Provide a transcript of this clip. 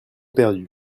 perdu